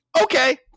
Okay